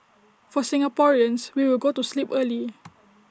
for Singaporeans we will go to sleep early